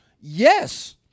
Yes